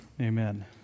Amen